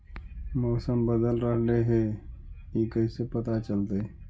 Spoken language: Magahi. मौसम बदल रहले हे इ कैसे पता चलतै?